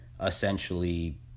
essentially